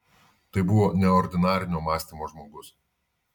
tai buvo neordinarinio mąstymo žmogus